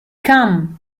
come